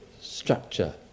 structure